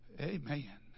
Amen